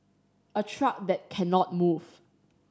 a truck that cannot move